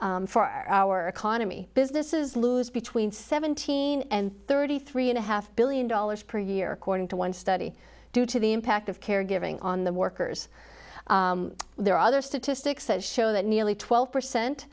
corporations for our economy businesses lose between seventeen and thirty three and a half billion dollars per year according to one study due to the impact of caregiving on the workers there are other statistics that show that nearly twelve percent